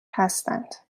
هستند